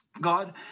God